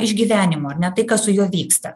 išgyvenimo ar ne tai kas su juo vyksta